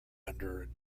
under